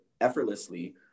effortlessly